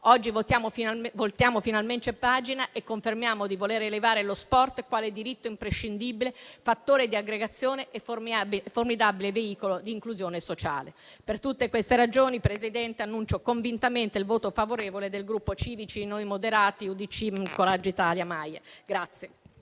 Oggi voltiamo finalmente pagina e confermiamo di voler elevare lo sport quale diritto imprescindibile, fattore di aggregazione e formidabile veicolo di inclusione sociale. Per tutte queste ragioni, signor Presidente, annuncio convintamente il voto favorevole del Gruppo Civici d'Italia-Noi Moderati (UDC-Coraggio Italia-Noi con